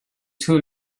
too